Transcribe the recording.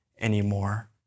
anymore